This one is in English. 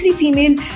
female